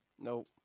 Nope